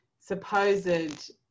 supposed